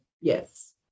yes